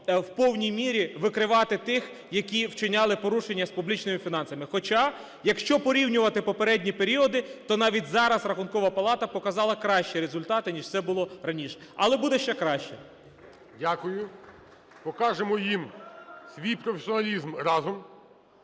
в повній мірі викривати тих, які вчиняли порушення з публічними фінансами. Хоча, якщо порівнювати попередні періоди, то навіть зараз Рахункова палата показала кращі результати, ніж це було раніше. Але буде ще краще. ГОЛОВУЮЧИЙ. Дякую. Покажемо їм свій професіоналізм разом.